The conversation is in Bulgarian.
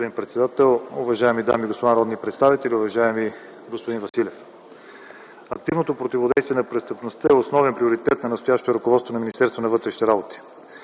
Уважаеми господин председател, уважаеми дами и господа народни представители! Уважаеми господин Василев, активното противодействие на престъпността е основен приоритет на настоящото ръководство на Министерството на вътрешните работи.